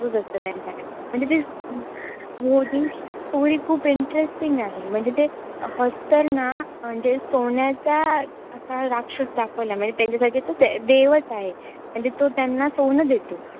रोज असतो त्यांच्याकडे म्हणजे ती स्टोरी खूप इंटरेस्टिंग आहे म्हणजे ते हस्तर ना म्हणजे सोन्याचा असा राक्षस दाखवला म्हणजे त्यांच्यासाठी तो दे देवच आहे म्हणजे तो त्यांना सोनं देतो